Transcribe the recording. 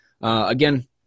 Again